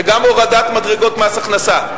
וגם הורדת מדרגות מס הכנסה.